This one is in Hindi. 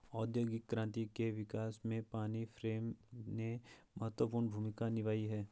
औद्योगिक क्रांति के विकास में पानी फ्रेम ने महत्वपूर्ण भूमिका निभाई है